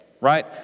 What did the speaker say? right